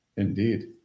Indeed